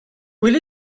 will